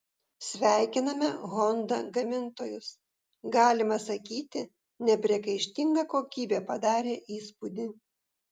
sveikiname honda gamintojus galima sakyti nepriekaištinga kokybė padarė įspūdį